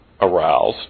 aroused